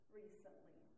recently